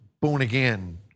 born-again